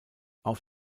auf